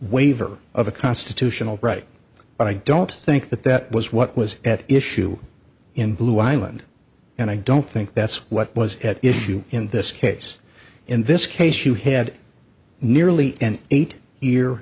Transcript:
waiver of a constitutional right but i don't think that that was what was at issue in blue island and i don't think that's what was at issue in this case in this case you had nearly an eight year